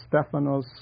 Stephanos